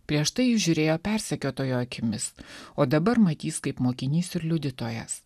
prieš tai jis žiūrėjo persekiotojo akimis o dabar matys kaip mokinys ir liudytojas